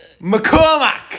McCormack